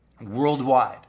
worldwide